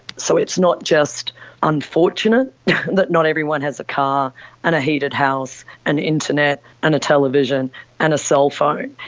so it's not just unfortunate that not everyone has a car and a heated house and internet and a television and a cellphone,